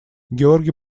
георгий